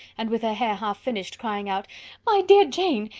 and with her hair half finished, crying out my dear jane,